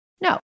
no